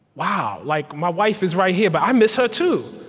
wow like, my wife is right here, but i miss her too.